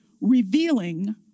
Revealing